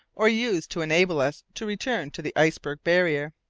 or used to enable us to return to the iceberg barrier?